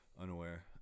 unaware